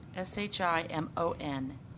S-H-I-M-O-N